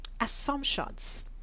Assumptions